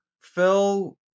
Phil